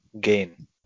gain